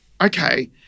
Okay